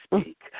speak